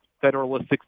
Federalist